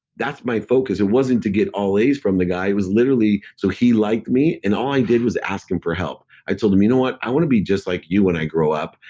that's my focus. it wasn't to get all a's from the guy, it was literally so he liked me, and all i did was ask him for help i told him, you know what? i want to be just like you when i grow up.